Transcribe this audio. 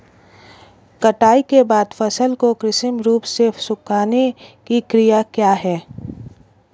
कटाई के बाद फसल को कृत्रिम रूप से सुखाने की क्रिया क्या है?